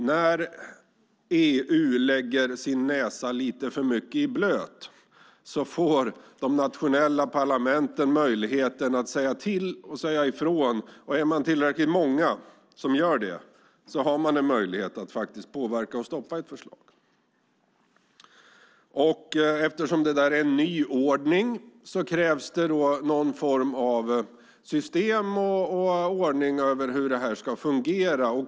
När EU lägger sin näsa lite för mycket i blöt får de nationella parlamenten möjlighet att säga till och säga ifrån. Och är man tillräckligt många som gör det har man möjlighet att påverka och stoppa ett förslag. Eftersom detta är en nyordning krävs det någon form av system och ordning för hur detta ska fungera.